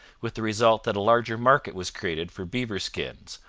with the result that a larger market was created for beaver skins,